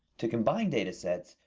to combine data sets,